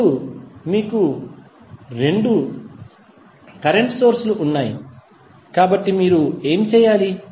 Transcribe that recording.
ఇప్పుడు మీకు ఇప్పుడు రెండు కరెంట్ సోర్స్ లు ఉన్నాయి కాబట్టి మీరు ఏమి చేయాలి